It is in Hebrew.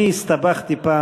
אני הסתבכתי פעם,